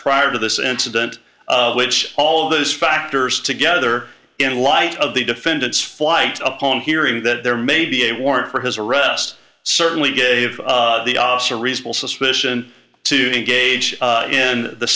prior to this incident which all those factors together in light of the defendant's flight upon hearing that there may be a warrant for his arrest certainly gave the officer reasonable suspicion to engage in the